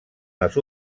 les